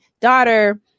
daughter